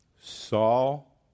Saul